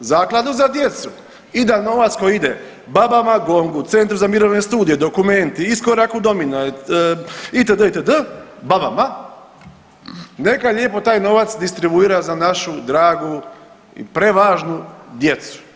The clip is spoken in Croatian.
zakladu za djecu i da novac koji ide B.a.B.a.-ma, GONG-u, Centru za mirovne studije, Documenti, Iskoraku, Domino itd., itd., B.a.B.a.-ma neka lijepo taj novac distribuira za našu dragu i prevažnu djecu.